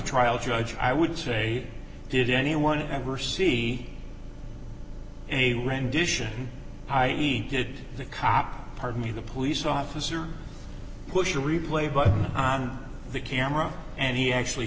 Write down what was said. trial judge i would say did anyone ever see a rendition i e did the cop pardon me the police officer pushed a replay button on the camera and he actually